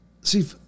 see